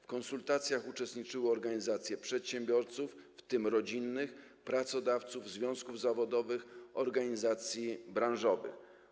W konsultacjach uczestniczyły organizacje przedsiębiorców, w tym rodzinnych, pracodawców, związków zawodowych, organizacje branżowe.